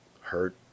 hurt